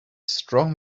strong